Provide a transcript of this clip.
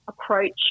approach